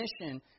mission